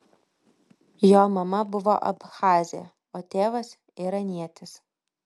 jo mama buvo abchazė o tėvas iranietis